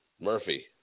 Murphy